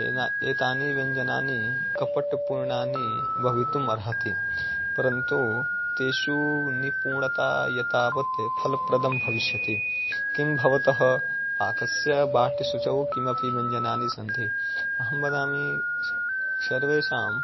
एतत् एतानि व्यञ्जनानि कपटपूर्णानि भवितुम् अर्हति परन्तु तेषु निपुणता एतावत् फलप्रदं भविष्यति किं भवतः पाकस्य बाट्यसुचौ किमपि व्यञ्जनानि सन्ति अहं वदामि सर्वेषां